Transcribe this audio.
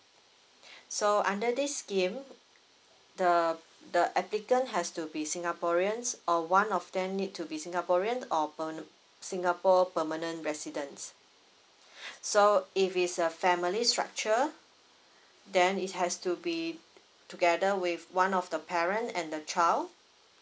so under this scheme the the applicant has to be singaporeans or one of them need to be singaporean or permanent singapore permanent residence so if it's a family structure then it has to be together with one of the parent and the child